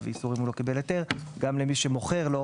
איסורים אם הוא לא קיבל היתר גם על מי שמוכר לו,